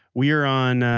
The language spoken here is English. we are on,